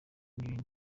n’ibindi